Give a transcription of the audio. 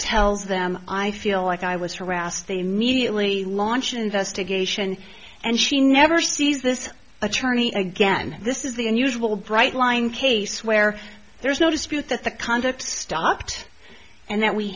tell them i feel like i was harassed they immediately launch an investigation and she never sees this attorney again this is the unusual bright line case where there is no dispute that the conduct stopped and that we